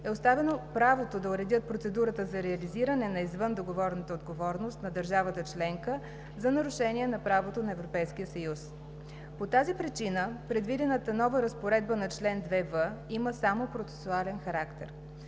е оставено правото да уредят процедурата за реализиране на извъндоговорната отговорност на държавата членка за нарушение на правото на Европейския съюз. По тази причина предвидената нова разпоредба на чл. 2в има само процесуален характер.